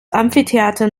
amphitheater